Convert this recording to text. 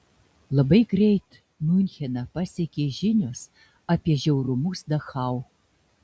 labai greit miuncheną pasiekė žinios apie žiaurumus dachau